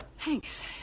Thanks